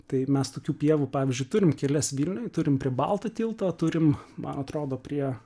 tai mes tokių pievų pavyzdžiui turime kelias vilniuj turim prie balto tilto turim man atrodo prie